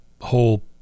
whole